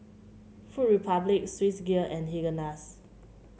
Food Republic Swissgear and Haagen Dazs